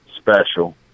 special